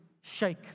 shake